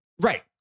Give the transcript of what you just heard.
Right